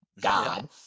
God